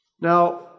now